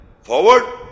forward